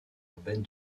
urbaine